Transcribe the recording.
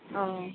ꯑꯥ